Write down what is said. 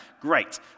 Great